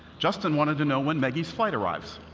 justin wanted to know when maggie's flight arrives.